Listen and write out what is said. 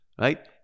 right